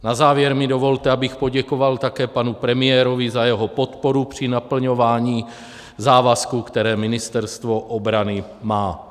Na závěr mi dovolte, abych poděkoval také panu premiérovi za jeho podporu při naplňování závazků, které Ministerstvo obrany má.